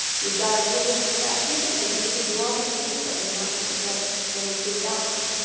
you've got to really think that through, because you could do all these things, but you're not going to get an improved outcome.